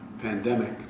pandemic